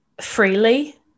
freely